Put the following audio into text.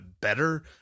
better